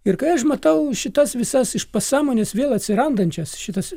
ir ką aš matau šitas visas iš pasąmonės vėl atsirandančias šitas